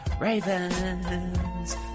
ravens